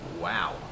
Wow